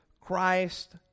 Christ